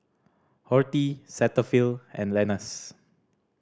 Horti Cetaphil and Lenas